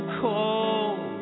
cold